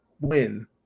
win